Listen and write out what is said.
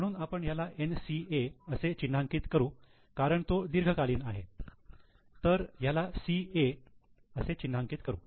म्हणून आपण ह्याला 'NCA' असे चिन्हांकित करू कारण तो दीर्घकालीन आहे तर ह्याला 'CA' असे चिन्हांकित करू